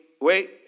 wait